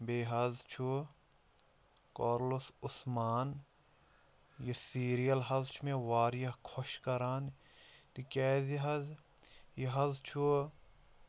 بیٚیہِ حظ چھُ کوٚرلُس عثمان یہِ سیٖریَل حظ چھُ مےٚ واریاہ خۄش کَران تِکیٛازِ حظ یہِ حظ چھُ